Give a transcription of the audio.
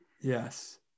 Yes